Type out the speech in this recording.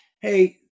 Hey